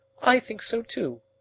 i think so too,